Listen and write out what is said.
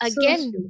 again